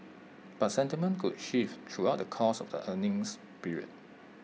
but sentiment could shift throughout the course of the earnings period